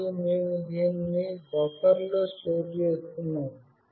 మరియు మేము దానిని బఫర్లో స్టోర్ చేస్తున్నాము